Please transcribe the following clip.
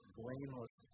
blameless